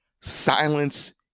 Silence